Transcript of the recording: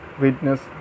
witness